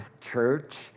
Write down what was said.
church